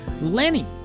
Lenny